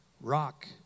Rock